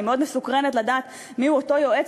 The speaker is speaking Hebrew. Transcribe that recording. אני מאוד מסוקרנת לדעת מיהו אותו יועץ